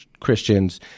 Christians